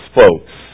folks